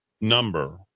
number